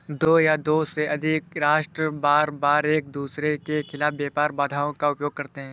दो या दो से अधिक राष्ट्र बारबार एकदूसरे के खिलाफ व्यापार बाधाओं का उपयोग करते हैं